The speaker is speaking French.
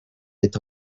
est